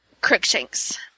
Crookshanks